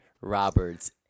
Roberts